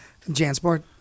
jansport